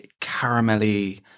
caramelly